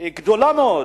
גדולה מאוד,